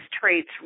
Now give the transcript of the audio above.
traits